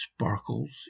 sparkles